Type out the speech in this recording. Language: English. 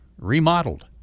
remodeled